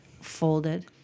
folded